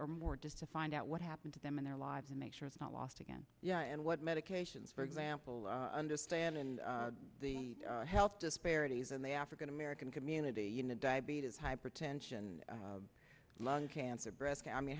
or more distant find out what happened to them in their lives and make sure it's not lost again yeah and what medications for example understanding the health disparities in the african american community you know diabetes hypertension lung cancer breast i mean